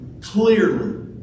clearly